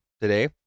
today